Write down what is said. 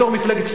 בתור מפלגת שמאל,